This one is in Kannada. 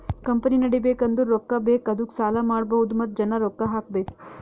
ಕಂಪನಿ ನಡಿಬೇಕ್ ಅಂದುರ್ ರೊಕ್ಕಾ ಬೇಕ್ ಅದ್ದುಕ ಸಾಲ ಮಾಡ್ಬಹುದ್ ಮತ್ತ ಜನ ರೊಕ್ಕಾ ಹಾಕಬೇಕ್